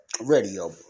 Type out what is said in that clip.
radio